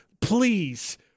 please